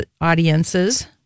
audiences